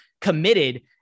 committed